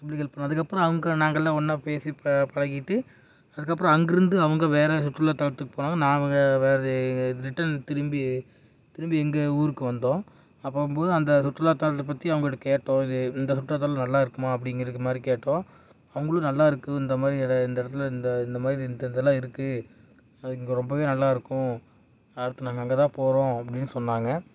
அப்படி ஹெல்ப் பண்ணிணோம் அதுக்கப்புறம் அவங்க நாங்கெல்லாம் ஒன்றா பேசி பா பழகியிட்டு அதுக்கப்புறம் அங்கிருந்து அவங்க வேறு சுற்றுலாத்தலத்துக்கு போனாங்க நாங்கள் வேறு எங்கள் ரிட்டன் திரும்பி திரும்பி எங்கள் ஊருக்கு வந்தோம் அப்போ போகும்போது அந்த சுற்றுலாத்தலத்தை பற்றி அவங்கள்ட்ட கேட்டோம் இது இந்த சுற்றுலாத்தலம் நல்லா இருக்குமா அப்படிங்கிறக்கு மாதிரி கேட்டோம் அவங்களும் நல்லா இருக்குது இந்த மாதிரி எல இந்த இடத்துல இந்த இந்த மாதிரி இந்த இதெல்லாம் இருக்குது அது இங்கே ரொம்பவே நல்லாயிருக்கும் அடுத்து நாங்கள் அங்கே தான் போகிறோம் அப்படின்னு சொன்னாங்க